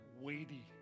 weighty